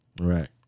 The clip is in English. Right